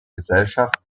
gesellschaft